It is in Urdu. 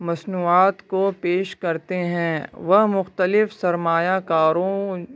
مصنوعات کو پیش کرتے ہیں وہ مختلف سرمایہ کاروں